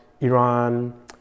iran